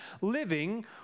living